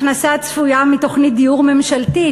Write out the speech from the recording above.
הכנסה צפויה מתוכנית דיור ממשלתית,